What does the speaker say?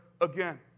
again